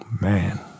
man